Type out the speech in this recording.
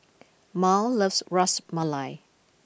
Mal loves Ras Malai